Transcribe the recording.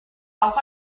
auch